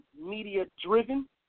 media-driven